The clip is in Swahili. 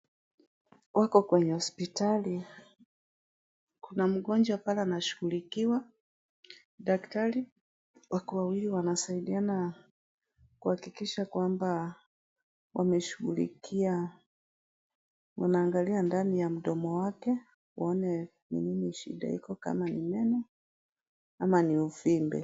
Wako kwenye hospitali ,kuna mgonjwa pale anashughulikiwa, daktari wako wawili wanasaidiana kuhakikisha kwamba wameshughlikia, wanaangalia ndani ya mdomo wake waone ni nini shida iko kama ni meno ama ni uvimbe.